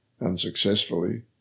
unsuccessfully